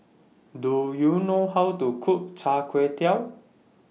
Do YOU know How to Cook Char Kway Teow